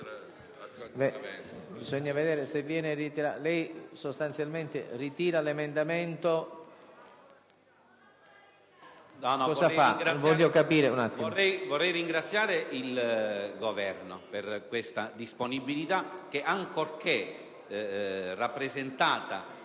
vorrei ringraziare il Governo per la sua disponibilità che, ancorché rappresentata